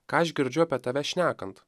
ką aš girdžiu apie tave šnekant